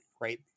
right